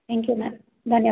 thank you ma'am धन्यवाद